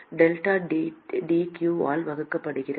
delta d q ஆல் வகுக்கப்படுகிறது